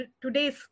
today's